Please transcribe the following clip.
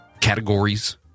categories